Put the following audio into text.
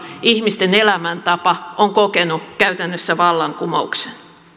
ihmisten elämäntapa on kokenut käytännössä vallankumouksen